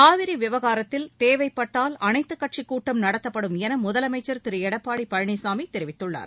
காவிரி விவகாரத்தில் தேவைப்பட்டால் அனைத்துக்கட்சி கூட்டம் நடத்தப்படும் என முதலமைச்சள் திரு எடப்பாடி பழனிசாமி தெரிவித்துள்ளார்